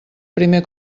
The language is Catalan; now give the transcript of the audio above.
primer